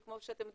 כמו שאתם יודעים,